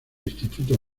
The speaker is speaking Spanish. instituto